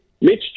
Mitch